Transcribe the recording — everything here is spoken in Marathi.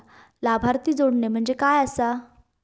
लाभार्थी जोडणे म्हणजे काय आसा?